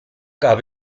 gab